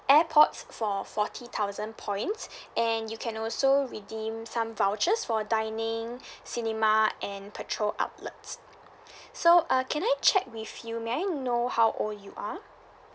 airpods for forty thousand points and you can also redeem some vouchers for dining cinema and petrol outlets so uh can I check with you may I know how old you are